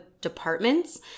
departments